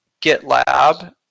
GitLab